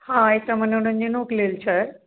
हाँ एहिठमन मनोरञ्जनोके लेल छै